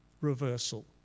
reversal